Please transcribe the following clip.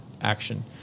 action